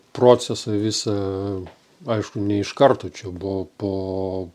procesą visą aišku ne iš karto čia buvo po